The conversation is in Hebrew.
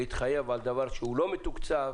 להתחייב על דבר שהוא לא מתוקצב.